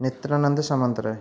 Netrananda Samantaray